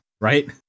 right